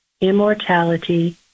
immortality